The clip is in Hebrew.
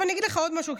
אני אגיד לך עוד משהו,